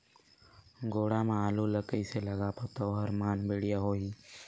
गोडा मा आलू ला कइसे लगाबो ता ओहार मान बेडिया होही?